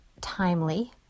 Timely